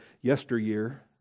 yesteryear